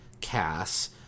Cass